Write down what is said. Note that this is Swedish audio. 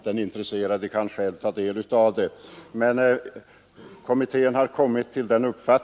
Den intresserade kan själv ta del av det, men där lämnas en redogörelse för frågans tidigare behandling.